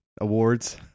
Awards